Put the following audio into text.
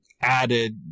added